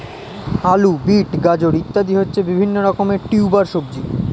আলু, বিট, গাজর ইত্যাদি হচ্ছে বিভিন্ন রকমের টিউবার সবজি